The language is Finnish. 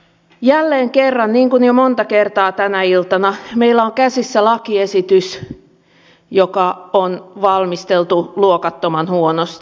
jälleen kerran niin kuin jo monta kertaa tänä iltana meillä on käsissä lakiesitys joka on valmisteltu luokattoman huonosti